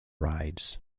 rides